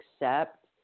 accept